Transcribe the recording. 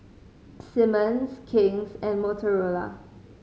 Simmons King's and Motorola